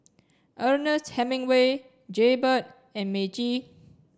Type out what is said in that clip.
Ernest Hemingway Jaybird and Meiji